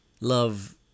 Love